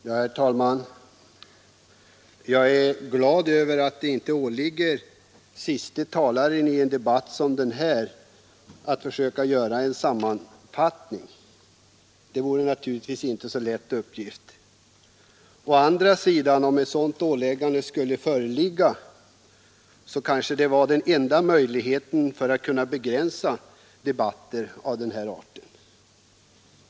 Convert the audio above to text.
Herr talman! Jag är glad över att det inte åligger den siste talaren i en debatt som den här att försöka göra en sammanfattning. Det vore naturligtvis inte en så lätt uppgift. Å andra sidan: ett sådant åläggande vore kanske den enda möjligheten att begränsa debatter av den här arten.